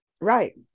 Right